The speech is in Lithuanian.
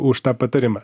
už tą patarimą